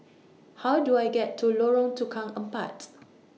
How Do I get to Lorong Tukang Empat